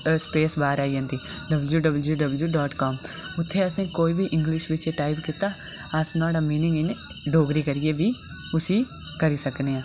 space बाह्र आई जंदी W W W dot com उत्थै असें कोई बी इंग्लिश बिच टाईप कीता अस नुहाड़ा मीनिंग डोगरी करियै बी उसी करी सकने आं